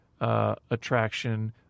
attraction